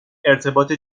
ارتباط